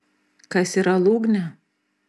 kas yra lūgnė